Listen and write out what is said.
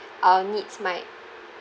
our needs might